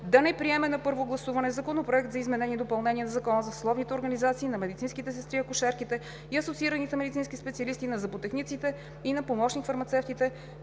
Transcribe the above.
да не приеме на първо гласуване Законопроект за изменение и допълнение на Закона за съсловните организации на медицинските сестри, акушерките и асоциираните медицински специалисти, на зъботехниците и на помощник-фармацевтите,